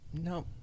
no